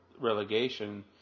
relegation